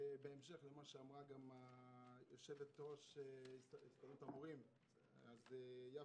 בהמשך למה שאמרה יושבת-ראש הסתדרות המורים יפה,